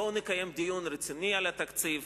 בואו ונקיים דיון רציני על התקציב.